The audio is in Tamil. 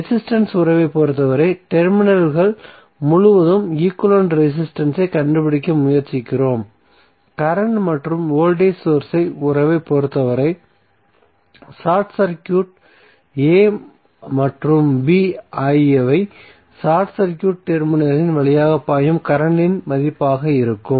ரெசிஸ்டன்ஸ் உறவைப் பொறுத்தவரை டெர்மினல்கள் முழுவதும் ஈக்வலன்ட் ரெசிஸ்டன்ஸ் ஐ கண்டுபிடிக்க முயற்சிக்கிறோம் கரண்ட் மற்றும் வோல்டேஜ் சோர்ஸ் உறவைப் பொறுத்தவரை ஷார்ட் சர்க்யூட் a மற்றும் b ஆகியவை ஷார்ட் சர்க்யூட் டெர்மினலின் வழியாக பாயும் கரண்ட்டின் மதிப்பாக இருக்கும்